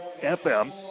FM